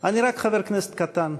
אני רק חבר כנסת קטן,